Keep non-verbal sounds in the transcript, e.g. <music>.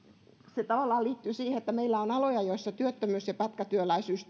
se tavallaan liittyy siihen että meillä on aloja joilla työttömyys ja pätkätyöllisyys <unintelligible>